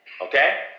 okay